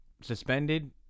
suspended